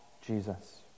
Jesus